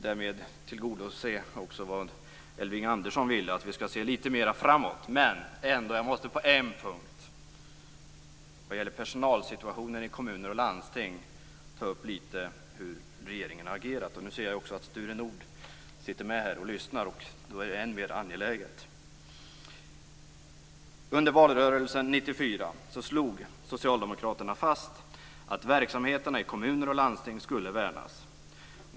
Därmed tillgodoser jag också vad Elving Andersson ville, nämligen att vi skall se litet mer framåt. Men jag måste på en punkt, vad gäller personalsituationen i kommuner och landsting, litet grand ta upp hur regeringen har agerat. Nu ser jag också att Sture Nordh sitter här i kammaren och lyssnar, och då är det än mer angeläget. Under valrörelsen 1994 slog Socialdemokraterna fast att verksamheterna i kommuner och landsting skulle värnas.